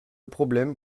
problème